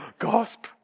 Gasp